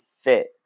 fit